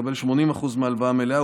לקבל 80% מההלוואה המלאה,